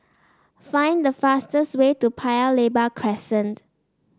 find the fastest way to Paya Lebar Crescent